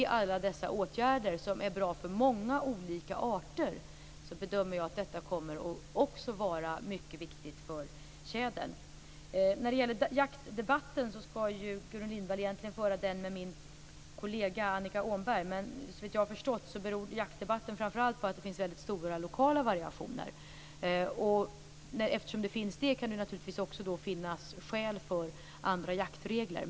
Alla dessa åtgärder är bra för många olika arter, och jag bedömer att de också kommer att vara mycket viktiga för tjädern. Jaktdebatten skall Gudrun Lindvall egentligen föra med min kollega Annika Åhnberg, men såvitt jag har förstått beror jaktdebatten framför allt på att det finns väldigt stora lokala variationer. Av den anledningen kan det naturligtvis också finnas skäl för andra jaktregler.